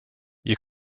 you